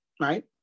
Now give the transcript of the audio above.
right